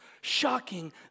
shocking